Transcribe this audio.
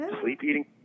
Sleep-eating